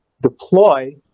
deploy